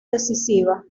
decisiva